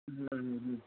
हं हं